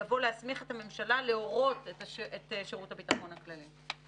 יבוא - "להסמיך את הממשלה להורות לשירות הביטחון הכללי".